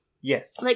Yes